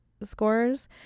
scores